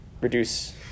reduce